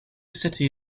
city